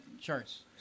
charts